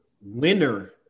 winner